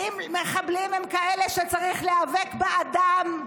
האם מחבלים הם כאלה שצריך להיאבק בעדם,